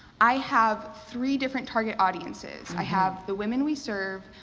i have three different target audiences. i have the women we serve,